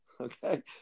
Okay